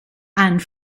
and